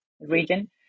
region